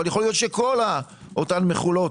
אבל יכול להיות שכל אותן מכולות,